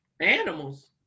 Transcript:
Animals